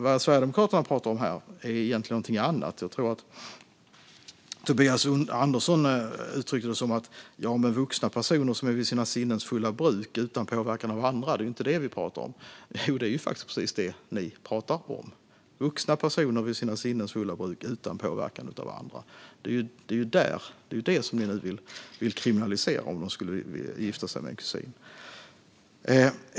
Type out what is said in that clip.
Vad Sverigedemokraterna pratar om här är egentligen någonting annat. Tobias Andersson uttryckte att det inte är vuxna personer som är vid sina sinnens fulla bruk utan påverkan av andra som de pratar om. Jo, det är faktiskt precis det som ni pratar om - vuxna personer vid sina sinnens fulla bruk utan påverkan av andra. Det är detta som ni nu vill kriminalisera, om dessa människor skulle vilja gifta sig med en kusin.